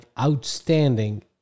outstanding